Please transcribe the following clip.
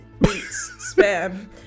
spam